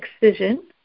excision